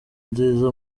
nziza